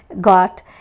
got